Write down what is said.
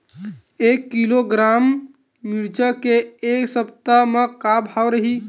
एक किलोग्राम मिरचा के ए सप्ता का भाव रहि?